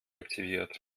aktiviert